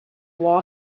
war